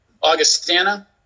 Augustana